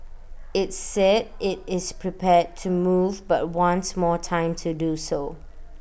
IT said IT is prepared to move but wants more time to do so